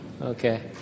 Okay